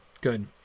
good